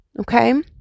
Okay